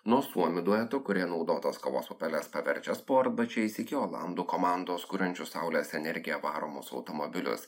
nuo suomių dueto kurie naudotas kavos pupeles paverčia sportbačiais iki olandų komandos kuriančios saulės energija varomus automobilius